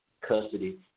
custody